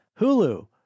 Hulu